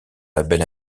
label